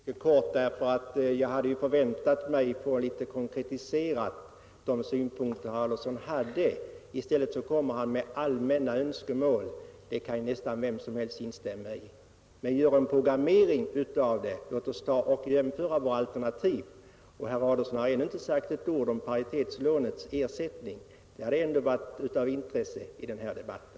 Fru talman! Jag skall bli kortfattad. Jag hade ju väntat mig att få herr Adolfssons synpunkter konkretiserade. I stället kommer han med allmänna önskemål. Dem kan nästan vem som helst instämma i. Men gör en programmering av synpunkterna och låt oss jämföra våra alternativ! Herr Adolfsson har ännu inte sagt ett ord om paritetslånets ersättning. Det hade ändå varit av intresse i den här debatten.